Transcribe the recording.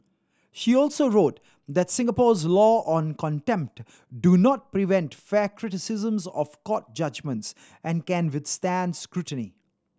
she also wrote that Singapore's laws on contempt do not prevent fair criticisms of court judgements and can withstand scrutiny